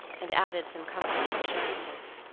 and added some comfortable assurances.